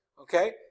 Okay